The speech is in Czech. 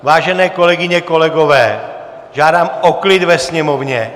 Vážené kolegyně, kolegové, žádám o klid ve sněmovně!